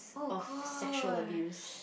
of sexual abuse